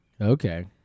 okay